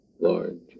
Lord